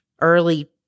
early